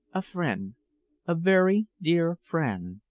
a friend a very dear friend.